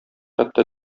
хәтта